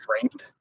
framed